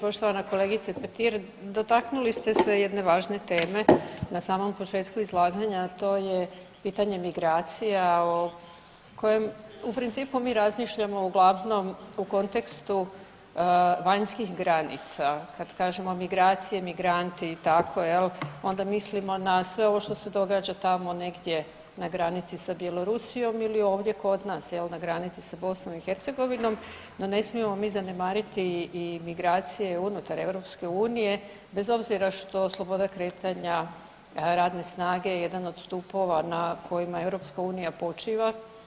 Poštovana kolegice Petir, dotaknuli ste se jedne važne teme na samom početku izlaganja, a to je pitanje migracija o kojem u principu mi razmišljamo uglavnom u kontekstu vanjskih granica kad kažemo migracije, migranti i tako jel onda mislimo na sve ovo što se događa tamo negdje na granici sa Bjelorusijom ili ovdje kod nas na granici sa BiH, no ne smijemo mi zanemariti i migracije unutar EU bez obzira što sloboda kretanja radne snage je jedan od stupova na kojima EU počiva.